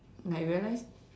like I realized